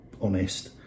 honest